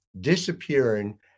disappearing